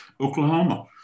Oklahoma